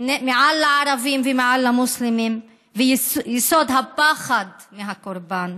על הערבים ועל המוסלמים, ויסוד הפחד מהקורבן,